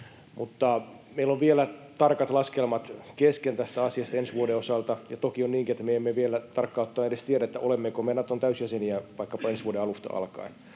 Mutta meillä on vielä tarkat laskelmat kesken tästä asiasta ensi vuoden osalta, ja toki on niinkin, että me emme vielä tarkkaan ottaen edes tiedä, olemmeko me Naton täysjäseniä vaikkapa ensi vuoden alusta alkaen.